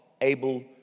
able